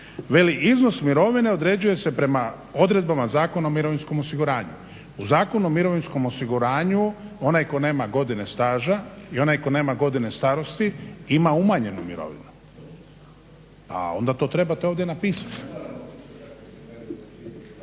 "iznos mirovine određuje se prema odredbama Zakona o mirovinskom osiguranju". U Zakonu o mirovinskom osiguranju onaj tko nema godine staža i onaj tko nema godine starosti ima umanjenu mirovinu, a onda to trebate ovdje napisati.